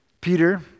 Peter